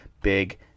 Big